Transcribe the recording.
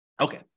Okay